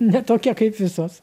ne tokia kaip visos